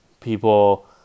People